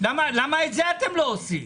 למה את זה אתם לא עושים?